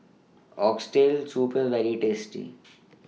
Oxtail Soup IS very tasty